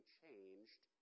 changed